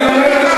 אני אומר,